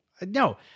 no